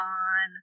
on